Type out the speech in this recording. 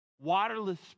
waterless